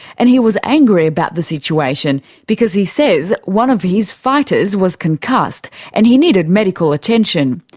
and he was angry about the situation because he says one of his fighters was concussed and he needed medical attention.